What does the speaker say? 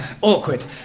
awkward